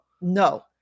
No